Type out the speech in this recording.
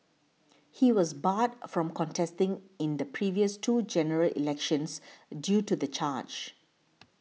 he was barred from contesting in the previous two General Elections due to the charge